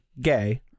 gay